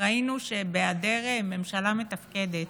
ראינו שבהיעדר ממשלה מתפקדת,